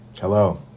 Hello